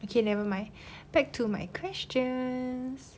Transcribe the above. okay nevermind back to my questions